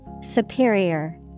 Superior